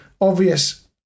obvious